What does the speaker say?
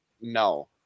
No